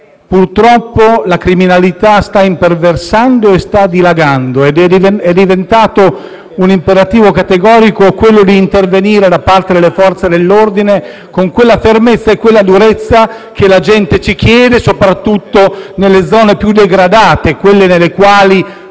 purtroppo la criminalità stia imperversando, dilagando. È diventato un imperativo categorico quello di intervenire da parte delle Forze dell'ordine con quella fermezza e durezza che la gente ci chiede, soprattutto nelle zone più degradate, quelle nelle quali